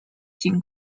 进攻